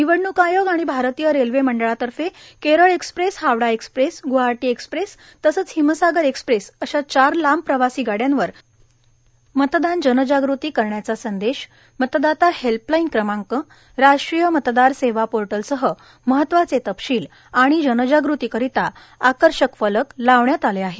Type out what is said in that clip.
निवडणूक आयोग आणि भारतीय रेल्वे मंडळातर्फे Kerala express Howrah express Guwahati express तसंच हिमसागर एक्स्प्रेस अश्या चार लांब प्रवासी गाड्यांवर मतदान जनजागृती करण्याचा संदेश मतदाता हेल्पलाईन क्रमांक राष्ट्रीय मतदार सेवा पोर्टलसह महत्वाचे तपशील आणि जनजागृती करीता आकर्षक फलक लावण्यात आले आहे